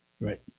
right